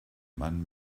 man